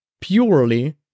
purely